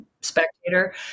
spectator